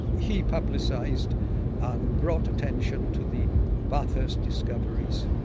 he publicised and brought attention to the bathurst discoveries,